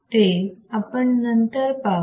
ते आपण नंतर पाहू